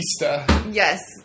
Yes